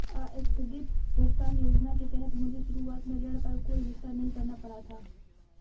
आस्थगित भुगतान योजना के तहत मुझे शुरुआत में ऋण पर कोई भुगतान नहीं करना पड़ा था